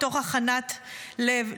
מתוך הכנעת הלב,